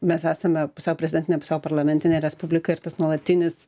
mes esame pusiau prezidentinė pusiau parlamentinė respublika ir tas nuolatinis